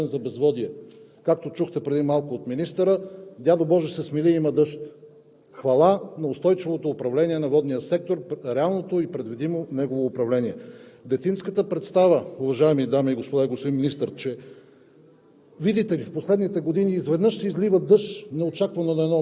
Тогава обаче не знаех, че имаме две силни оръжия – молебен за дъжд и молебен за безводие. Както чухте преди малко от министъра, дядо Боже се смили, има дъжд. Хвала на устойчивото управление на водния сектор, реалното и предвидимо негово управление! Детинската представа, уважаеми дами и господа и господин Министър,